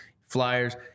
Flyers